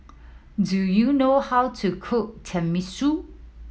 do you know how to cook Tenmusu